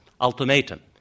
Ultimatum